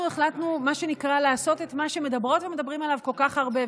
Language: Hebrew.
אנחנו החלטנו לעשות את מה שמדברות ומדברים עליו כל כך הרבה,